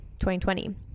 2020